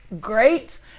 great